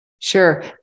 Sure